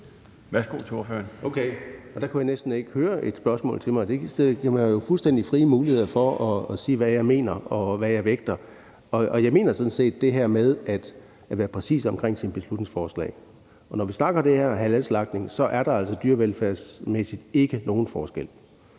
Rasmussen (EL): Okay. Der kunne jeg næsten ikke høre et spørgsmål til mig, og det giver mig jo fuldstændig frie muligheder for at sige, hvad jeg mener, og hvad jeg vægter. Jeg mener sådan set det her med at være præcis omkring sine beslutningsforslag. Når vi snakker om det her med halalslagtning, er der altså dyrevelfærdsmæssigt ikke nogen forskel.